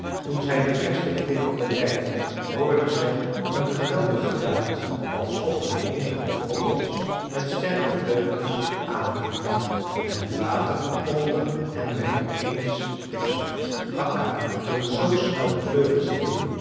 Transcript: toen zij de eerste klippen bereikten hoorden zij een geweldig geluid alsof een menigte vogels met sterke vleugels aan kwam vliegen en het water onder hen werd op eens pikzwart akka hield z snel de vleugels in